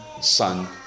son